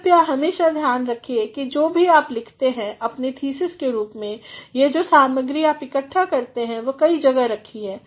कृपया हमेशा ध्यान रखिए कि जो भी आप लिखते हैं अपने थीसिस के रूप में या जो भी सामग्री आप इकट्ठा करते हैं वह कई जगह रखी है